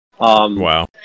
Wow